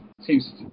seems